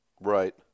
Right